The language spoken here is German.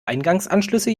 eingangsanschlüsse